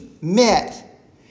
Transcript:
met